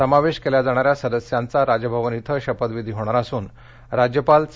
समावेश केल्या जाणाऱ्या सदस्यांचा राजभवन इथं शपथविधी होणार असून राज्यपाल चे